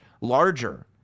larger